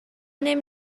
نمی